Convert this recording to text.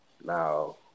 now